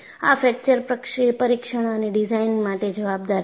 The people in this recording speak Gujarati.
આ ફ્રેક્ચર પરીક્ષણ અને ડિઝાઇન માટે જવાબદાર છે